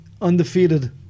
undefeated